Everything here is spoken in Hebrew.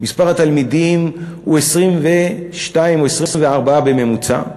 מספר התלמידים הוא 22 או 24 בממוצע,